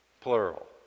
plural